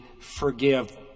forgive